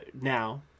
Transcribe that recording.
now